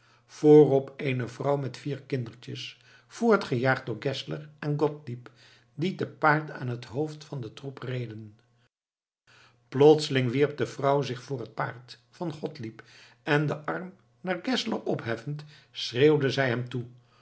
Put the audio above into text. voorop eene vrouw met vier kindertjes voortgejaagd door geszler en gottlieb die te paard aan het hoofd van den troep reden plotseling wierp de vrouw zich voor het paard van gottlieb en den arm naar geszler opheffend schreeuwde zij hem toe